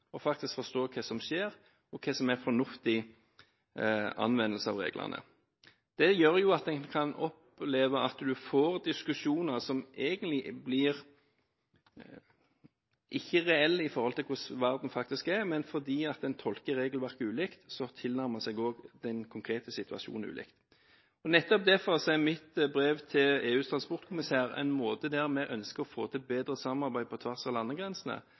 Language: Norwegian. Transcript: faktisk å forstå hva som skjer, og hva som er fornuftig anvendelse av reglene. Det gjør at en kan oppleve å få diskusjoner som egentlig ikke blir reelle ut fra hvordan verden faktisk er, men fordi en tolker regelverket ulikt, tilnærmer en seg også den konkrete situasjonen ulikt. Nettopp derfor er mitt brev til EUs transportkommissær en måte å vise at vi ønsker å få til bedre samarbeid på tvers av landegrensene